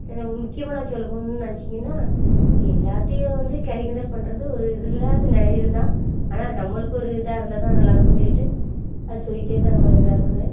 அந்த முக்கியமான சொல்ல போகணுன்னு நினைச்சீங்கன்னா எல்லாத்தையும் வந்து கேள்வி கிண்டல் பண்ணுறது ஒரு இது இல்லாத நில இதான் ஆனால் நம்மளுக்கு ஒரு இதாக இருந்தால் தான் நல்லா இருக்குதுன்னு சொல்லிட்டு அதை சொல்லிகிட்டே தான் இதாக்குவேன்